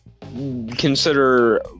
consider